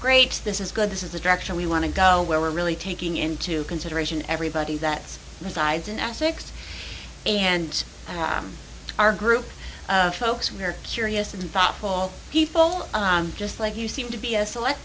great this is good this is the direction we want to go where we're really taking into consideration everybody that resides in essex and our group of folks who are curious and thoughtful people just like you seem to be a select